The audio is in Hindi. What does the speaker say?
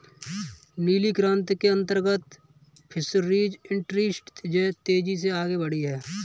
नीली क्रांति के अंतर्गत फिशरीज इंडस्ट्री तेजी से आगे बढ़ी